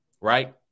Right